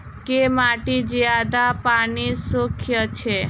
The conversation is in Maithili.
केँ माटि जियादा पानि सोखय छै?